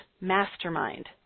mastermind